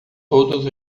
todos